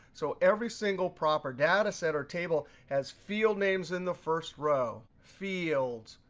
so every single proper data set or table has field names in the first row, fields,